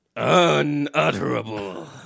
Unutterable